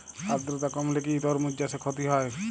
আদ্রর্তা কমলে কি তরমুজ চাষে ক্ষতি হয়?